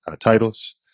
titles